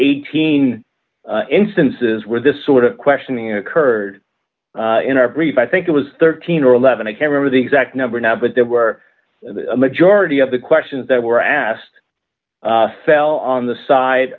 eighteen instances where this sort of questioning occurred in our brief i think it was thirteen or eleven i can remember the exact number now but there were the majority of the questions that were asked fell on the side